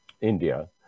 India